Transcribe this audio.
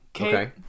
Okay